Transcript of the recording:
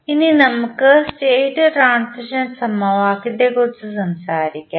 ഇനി നമുക്ക് state transition സമവാക്യത്തെക്കുറിച്ച് സംസാരിക്കാം